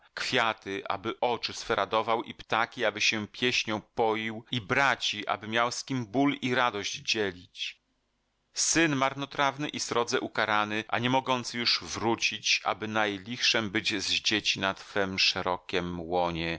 kwiaty aby oczy swe radował i ptaki aby się pieśnią poił i braci aby miał z kim ból i radość dzielić syn marnotrawny i srodze ukarany a nie mogący już wrócić aby najlichszem być z dzieci na twem szerokiem łonie